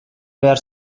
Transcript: behar